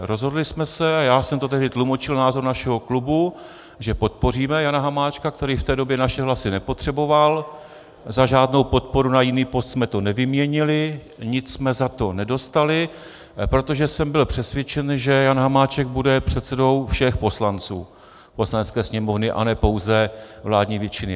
Rozhodli jsme se a já jsem tehdy tlumočil názor našeho klubu, že podpoříme Jana Hamáčka, který v té době naše hlasy nepotřeboval za žádnou podporu na jiný post jsme to nevyměnili, nic jsme za to nedostali , protože jsem byl přesvědčen, že Jan Hamáček bude předsedou všech poslanců Poslanecké sněmovny a ne pouze vládní většiny.